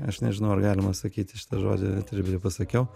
aš nežinau ar galima sakyti šitą žodį etery bet jau pasakiau